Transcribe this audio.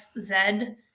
Zed